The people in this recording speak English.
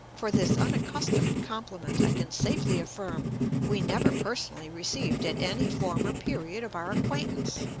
for this unaccustomed compliment i can safely affirm we never personally received at any former period of our acquaintance.